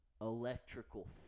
electrical